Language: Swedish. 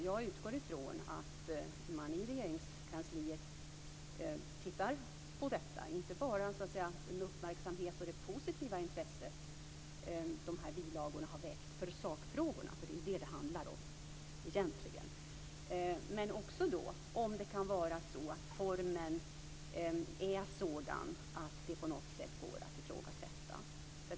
Jag utgår ifrån att man i Regeringskansliet tittar på detta, inte bara så att säga den uppmärksamhet och det positiva intresse som de här bilagorna har väckt för sakfrågorna - det är ju det som det handlar om egentligen - utan också om det kan vara så att formen är sådan att detta på något sätt går att ifrågasätta.